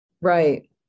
right